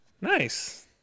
Nice